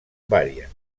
varia